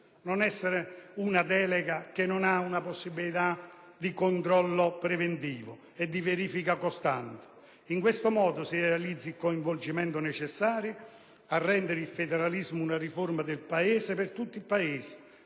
non essere una delega senza possibilità di controllo preventivo e di verifica costante. In questo modo si realizza il coinvolgimento necessario a rendere il federalismo una riforma del Paese per tutto il Paese,